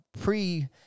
Pre